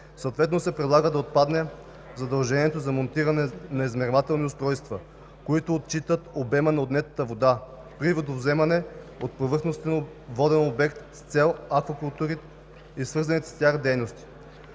Съответно се предлага да отпадне задължението за монтиране на измервателни устройства, които отчитат обема на отнетата вода при водовземане от повърхностен воден обект с цел аквакултури и свързаните с тях дейности,